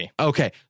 Okay